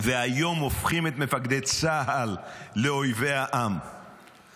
והיום הופכים את מפקדי צה"ל לאויבי העם -- תודה רבה.